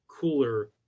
cooler